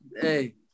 Hey